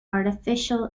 artificial